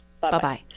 Bye-bye